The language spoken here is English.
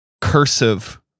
Cursive